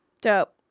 Dope